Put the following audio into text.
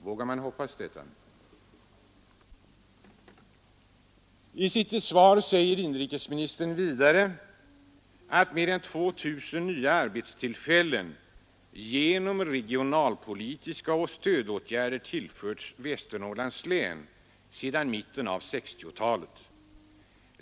Vågar man hoppas på det? Vidare säger inrikesministern i svaret att mer än 2 000 nya arbetstillfällen har tillförts Västernorrlands län sedan mitten av 1960-talet tack vare den statliga regionalpolitiska stödverksamheten.